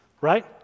right